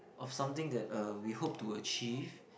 of something that uh we hope to achieve